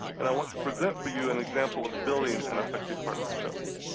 and i want to present for you an example of building an effective partnership.